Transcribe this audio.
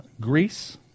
Greece